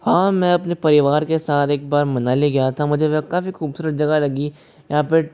हाँ मैं अपने परिवार के साथ एक बार मनाली गया था मुझे वह काफ़ी खूबसूरत जगह लगी यहाँ पे